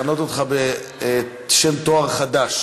לכנות אותך בשם תואר חדש: